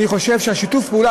אני חושב ששיתוף הפעולה,